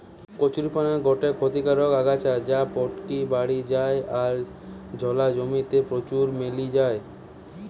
কচুরীপানা গটে ক্ষতিকারক আগাছা যা পটকি বাড়ি যায় আর জলা জমি তে প্রচুর মেলি যায়